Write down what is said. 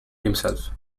himself